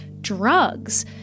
drugs